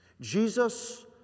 Jesus